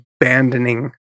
abandoning